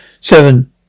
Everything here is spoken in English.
Seven